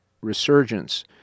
resurgence